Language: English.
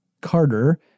Carter